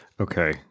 Okay